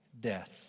death